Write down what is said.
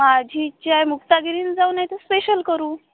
माझी इच्छा आहे मुक्तागिरीनं जाऊ नाही तर स्पेशल करू